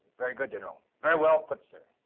very good, general, very well put, sir.